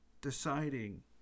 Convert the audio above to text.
deciding